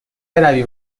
بروی